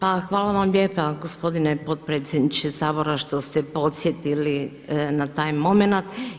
Pa hvala vam lijepa gospodine potpredsjedniče Sabora što ste podsjetili na taj momenat.